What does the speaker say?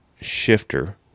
shifter